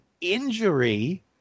injury